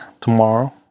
tomorrow